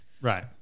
Right